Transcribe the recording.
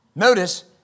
Notice